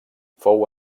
fou